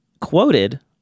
quoted